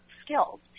skills